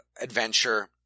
adventure